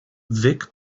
vic